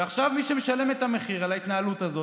ומי שמשלמים עכשיו את המחיר על ההתנהלות הזו